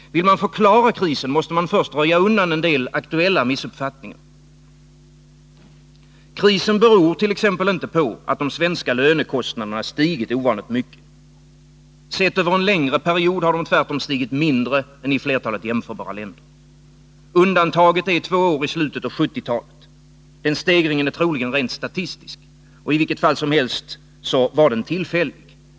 Vill man förklara krisen, måste man först röja undan en del aktuella missuppfattningar. Krisen beror t.ex. inte på att de svenska lönekostnaderna stigit ovanligt mycket. Sett över en längre period har de tvärtom stigit mindre än i flertalet jämförbara länder. Undantaget är två år i slutet av 1970-talet. Den stegringen är troligen rent statistisk. I vilket fall som helst var den tillfällig.